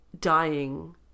dying